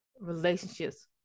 relationships